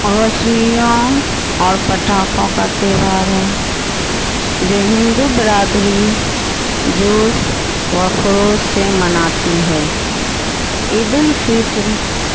روشنیوں اور پٹاخوں کا تہوار ہے جو ہندو برادری جوش وخروش سے مناتی ہے عید الفطر